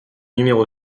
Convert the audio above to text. numéro